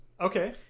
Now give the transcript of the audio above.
Okay